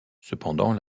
cependant